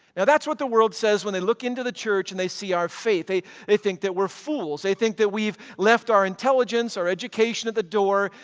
now that's what the world says when they look into the church and they see our faith. the they think that we're fools. they think that we've left our intelligence, our education at the door,